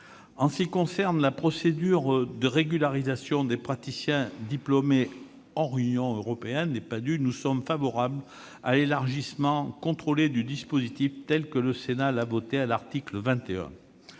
En ce qui concerne la procédure de régularisation des praticiens à diplôme hors Union européenne, les Padhue, nous approuvons l'élargissement contrôlé du dispositif, tel que le Sénat l'a adopté à l'article 21.